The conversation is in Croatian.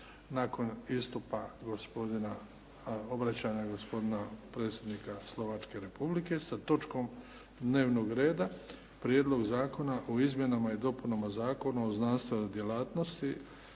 nakon istupa gospodina, obraćanja gospodina Predsjednika Slovačke Republike sa točkom dnevnog reda Prijedlog zakona o izmjenama i dopunama Zakona o znanstvenoj djelatnosti